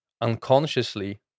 unconsciously